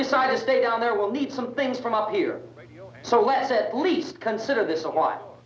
decide to stay down there will need something from up here so wait at least consider this while